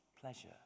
pleasure